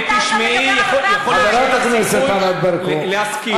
אם תשמעי אולי יש לך סיכוי להסכים.